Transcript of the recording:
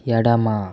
ఎడమ